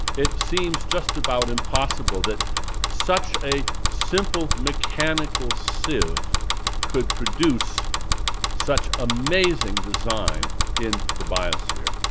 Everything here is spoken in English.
it seems just about impossible that such a simple mechanical sieve could produce such amazing design in the biosphere.